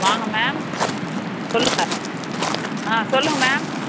வாங்க மேம் சொல்லுங்கள் ஆ சொல்லுங்கள் மேம்